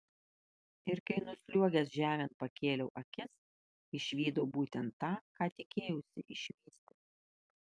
ir kai nusliuogęs žemėn pakėliau akis išvydau būtent tą ką tikėjausi išvysti